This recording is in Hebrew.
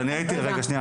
אז שנייה,